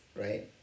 right